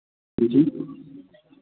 जी